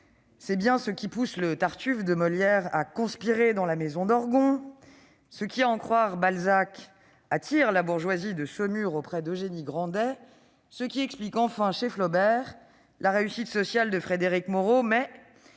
c'est bien ce qui pousse le Tartuffe de Molière à conspirer dans la maison d'Orgon ; ce qui, à en croire Balzac, attire la bourgeoisie de Saumur auprès d'Eugénie Grandet ; ce qui explique enfin, chez Flaubert, la réussite sociale de Frédéric Moreau. Mais